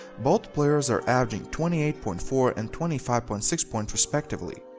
both players are averaging twenty eight point four and twenty five point six points respectively.